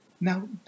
Now